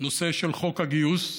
הנושא של חוק הגיוס.